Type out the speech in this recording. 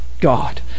God